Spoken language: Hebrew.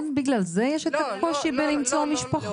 ולכן, בגלל זה יש את הקושי למצוא משפחות?